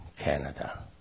Canada